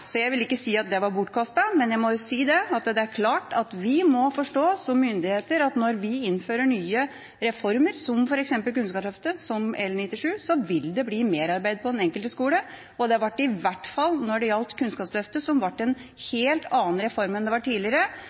Så jeg vil ikke si at det var bortkastet, men det er klart at vi som myndigheter må forstå at når vi innfører nye reformer, som f.eks. Kunnskapsløftet, som L97, vil det bli merarbeid på den enkelte skole. Det ble det i hvert fall når det gjaldt Kunnskapsløftet, som ble en helt annen reform enn slik det var tidligere.